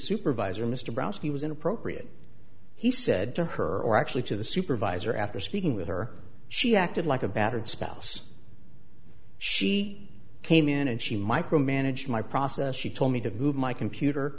supervisor mr brodsky was inappropriate he said to her actually to the supervisor after speaking with her she acted like a battered spouse she came in and she micromanage my process she told me to move my computer